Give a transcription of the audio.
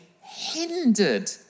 hindered